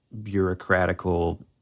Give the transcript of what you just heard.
bureaucratical